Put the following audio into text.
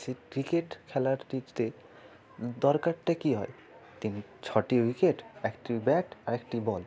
সে cricket খেলাটিতে দরকারটা কি হয় তিন ছটি উইকেট একটি ব্যাট আর একটি বল